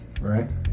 Right